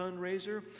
fundraiser